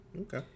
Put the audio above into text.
okay